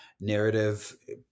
Narrative